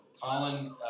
Colin